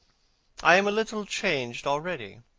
i am a little changed already.